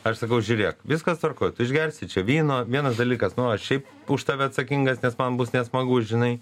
aš sakau žiūrėk viskas tvarkoj tu išgersi čia vyno vienas dalykas nu aš šiaip už tave atsakingas nes man bus nesmagu žinai